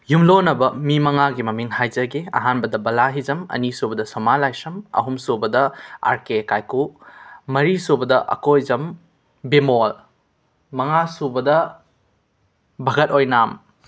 ꯌꯨꯝꯂꯣꯟꯅꯕ ꯃꯤ ꯃꯉꯥꯒꯤ ꯃꯃꯤꯡ ꯍꯥꯏꯖꯒꯦ ꯑꯍꯥꯟꯕꯗ ꯕꯂꯥ ꯍꯤꯖꯝ ꯑꯅꯤꯁꯨꯕꯗ ꯁꯣꯃꯥ ꯂꯥꯏꯁ꯭ꯔꯝ ꯑꯍꯨꯝꯁꯨꯕꯗ ꯑꯥꯔ ꯀꯦ ꯀꯥꯏꯀꯨ ꯃꯔꯤꯁꯨꯕꯗ ꯑꯀꯣꯏꯖꯝ ꯕꯤꯃꯣꯜ ꯃꯉꯥꯁꯨꯕꯗ ꯚꯒꯠ ꯑꯣꯏꯅꯥꯝ